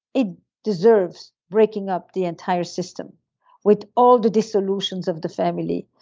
it deserves breaking up the entire system with all the dissolution of the family,